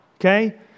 Okay